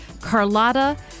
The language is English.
Carlotta